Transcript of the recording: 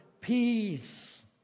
peace